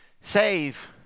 Save